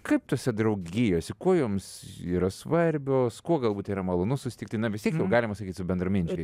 kaip tose draugijose kuo jums yra svarbios kuo galbūt yra malonu susitikti na vis tiek jau galima sakyt su bendraminčiais